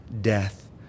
death